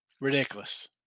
Ridiculous